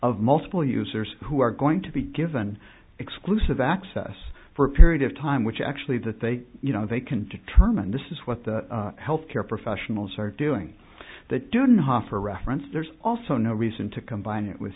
of multiple users who are going to be given exclusive access for a period of time which actually that they you know they can determine this is what the health care professionals are doing that didn't hoffer reference there's also no reason to combine it with